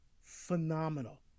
phenomenal